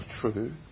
true